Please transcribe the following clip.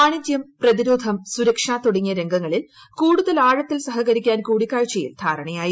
വാണിജ്യം പ്രതിരോധം സുരക്ഷ തുടങ്ങിയ രംഗങ്ങളിൽ കൂടുതൽ ആഴത്തിൽ സഹകരിക്കാൻ കൂടിക്കാഴ്ച്ചയിൽ ധാരണയായി